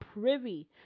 privy